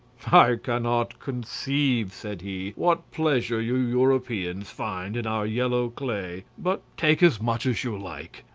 i cannot conceive, said he, what pleasure you europeans find in our yellow clay, but take as much as you like,